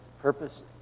purpose